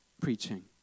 preaching